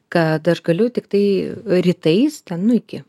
kad aš galiu tiktai rytais ten nu iki